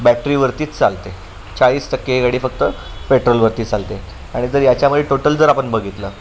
बॅटरीवरतीच चालते चाळीस टक्के ही गाडी फक्त पेट्रोलवरती चालते आणि जर याच्यामुळे टोटल जर आपण बघितलं